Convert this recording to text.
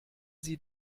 sie